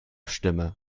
stimme